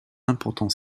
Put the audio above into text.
important